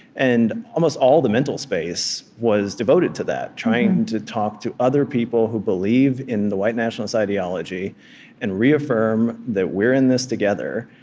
and almost all the mental space was devoted to that trying to talk to other people who believe in the white nationalist ideology and reaffirm that we're in this together.